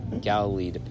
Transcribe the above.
Galilee